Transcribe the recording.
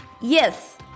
Yes